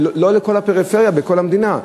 לא על כל הפריפריה בכל המדינה.